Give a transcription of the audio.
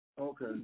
Okay